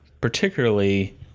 particularly